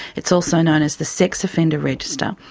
it's also known as the sex offender registry,